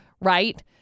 right